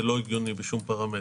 המספרים האלה לא הגיוניים בשום פרמטר.